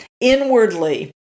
inwardly